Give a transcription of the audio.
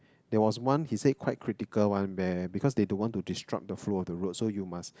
it was one he said quite critical one where because they don't want to disrupt the flow of the road so you must